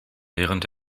während